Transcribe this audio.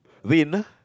rain ah